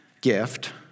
gift